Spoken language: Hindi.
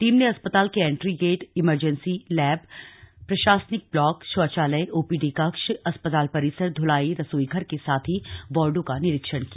टीम ने अस्पताल के एंट्री गेट इमरजेंसी लैब प्रशासनिक ब्लाक शौचालय ओपीडी कक्ष अस्पताल परिसर धुलाई रसोई घर के साथ ही वाडों का निरीक्षण किया